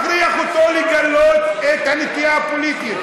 למה אתה מכריח אותו לגלות את הנטייה הפוליטית?